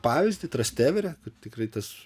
pavyzdį trastevre tai tikrai tas